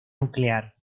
nuclear